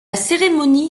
cérémonie